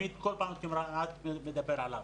כל פעם כמעט אני מדבר עליו.